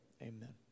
amen